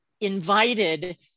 invited